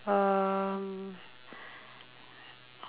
um